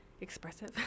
expressive